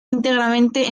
íntegramente